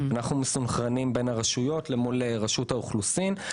אנחנו מסונכרנים בין הרשויות למול רשות האוכלוסין.